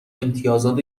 امتیازات